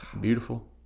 Beautiful